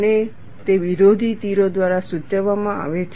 અને તે વિરોધી તીરો દ્વારા સૂચવવામાં આવે છે